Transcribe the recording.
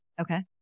Okay